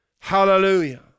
Hallelujah